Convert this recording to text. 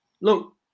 look